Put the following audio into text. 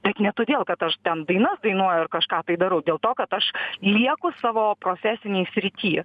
bet ne todėl kad aš ten dainas dainuoju ar kažką tai darau dėl to kad aš lieku savo profesinėj srity